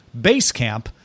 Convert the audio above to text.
Basecamp